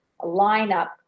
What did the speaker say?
lineup